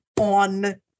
on